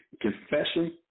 confession